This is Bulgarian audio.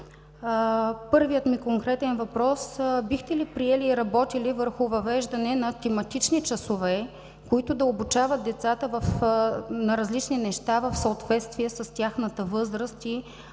Първият ми конкретен въпрос: бихте ли приели и работили върху въвеждане на тематични часове, които да обучават децата на различни неща в съответствие с тяхната възраст и